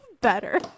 better